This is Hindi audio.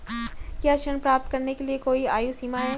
क्या ऋण प्राप्त करने के लिए कोई आयु सीमा है?